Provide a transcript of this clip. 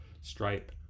stripe